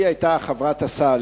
היא היתה חברת ועדת הסל,